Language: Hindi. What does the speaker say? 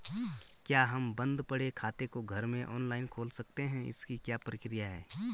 क्या हम बन्द पड़े खाते को घर में ऑनलाइन खोल सकते हैं इसकी क्या प्रक्रिया है?